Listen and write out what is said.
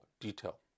detail